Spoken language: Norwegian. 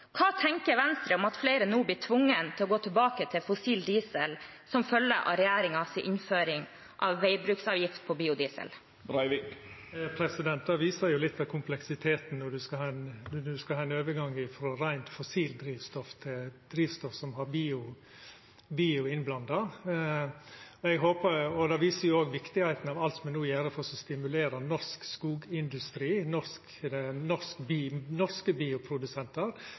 Hva tenker Venstre om at flere nå blir tvunget til å gå tilbake til fossil diesel som følge av regjeringens innføring av veibruksavgift på biodiesel? Det viser litt av kompleksiteten når ein skal ha overgang frå reint fossilt drivstoff til drivstoff med bio innblanda. Det viser òg viktigheita av alt me no gjer for å stimulera norsk skogindustri og norske bioprodusentar til å bidra med biodrivstoff som